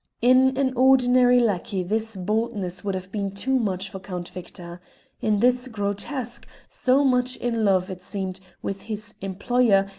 in an ordinary lackey this boldness would have been too much for count victor in this grotesque, so much in love, it seemed, with his employer,